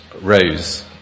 rose